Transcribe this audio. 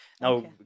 now